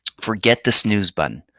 forget the snooze button.